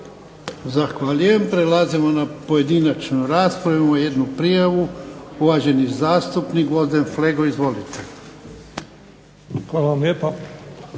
Zahvaljujem prelazimo na pojedinačnu raspravu. Imamo jednu prijavu, uvaženi zastupnik Gvozden Flego. Izvolite. **Flego,